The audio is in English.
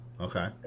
okay